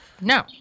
No